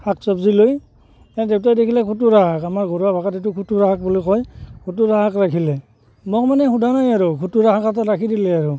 শাক চব্জি লৈ এই দেউতাই দেখিলে খুতুৰা শাক আমাৰ ঘৰুৱা ভাষাত এইটো খুতুৰা শাক বুলি কয় খুতুৰা শাক ৰাখিলে মই মানে সোধা নাই আৰু খুতুৰা শাকটো ৰাখি দিলে আৰু